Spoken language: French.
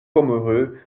pomereux